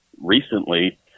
recently